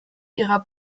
ihrer